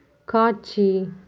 காட்சி